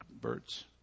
birds